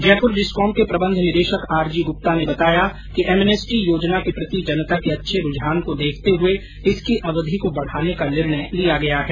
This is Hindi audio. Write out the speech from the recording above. जयपुर डिस्कॉम के प्रबंध निदेशक आर जी गुप्ता ने बताया कि एमनेस्टी योजना के प्रति जनता के अच्छे रूझान को देखते हुए इसकी अवधि को बढ़ाने का निर्णय लिया गया है